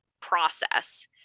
process